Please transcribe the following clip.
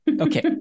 okay